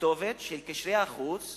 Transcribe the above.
של קשרי החוץ